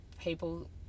people